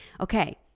okay